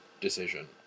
decision